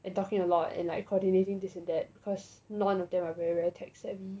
and talking a lot in like coordinating this and that because none of them are very very tech savvy